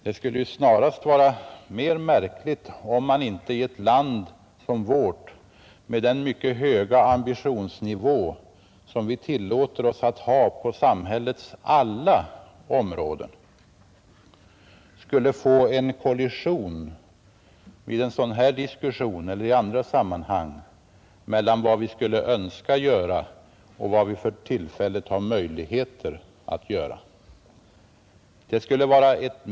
Det skulle snarast vara mer märkligt om man i ett land som vårt, med den mycket höga ambitionsnivå som vi tillåter oss att ha på samhällets alla områden, inte skulle få en kollision vid en sådan här diskussion eller i andra sammanhang mellan vad vi skulle önska göra och vad vi för tillfället har möjlighet att göra.